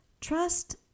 Trust